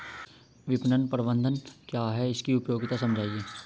विपणन प्रबंधन क्या है इसकी उपयोगिता समझाइए?